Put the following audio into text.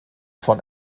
von